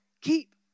keep